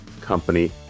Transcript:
company